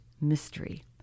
mystery